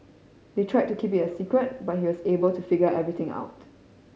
they tried to keep it a secret but he was able to figure everything out